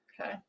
okay